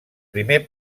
primer